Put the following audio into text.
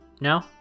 No